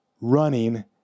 running